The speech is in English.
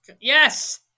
Yes